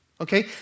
Okay